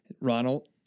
Ronald